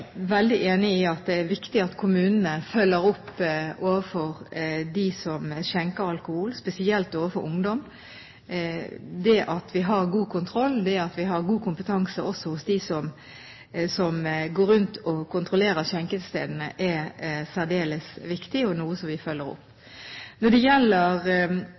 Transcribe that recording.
veldig enig i at det er viktig at kommunene følger opp overfor dem som skjenker alkohol, spesielt når det gjelder ungdom. Det at vi har god kontroll og god kompetanse blant dem som går rundt og kontrollerer skjenkestedene, er særdeles viktig og noe som vi følger opp. Når det gjelder